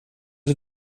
det